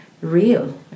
real